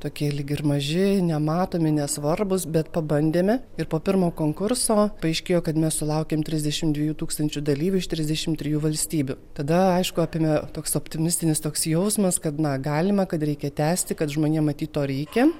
tokie lyg ir maži nematomi nesvarbūs bet pabandėme ir po pirmo konkurso paaiškėjo kad mes sulaukėme trisdešimt dviejų tūkstančių dalyvių iš trisdešimt trijų valstybių tada aišku apėmė toks optimistinis toks jausmas kad na galima kad reikia tęsti kad žmonėm matyt to reikia